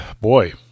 boy